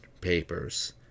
papers